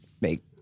make